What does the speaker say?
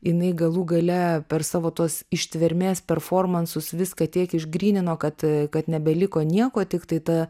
jinai galų gale per savo tuos ištvermės performansus viską tiek išgrynino kad kad nebeliko nieko tiktai ta